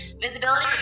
Visibility